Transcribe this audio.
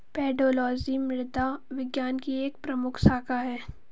pedology मृदा विज्ञान की एक प्रमुख शाखा है